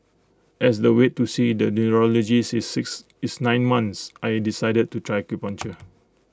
as the wait to see the neurologist is six is nine months I decided to try acupuncture